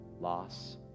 loss